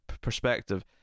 perspective